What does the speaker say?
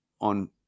on